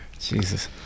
jesus